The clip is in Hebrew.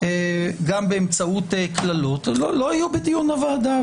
באמצעות קללות לא יהיו בדיוני הוועדה.